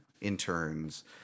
interns